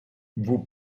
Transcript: vous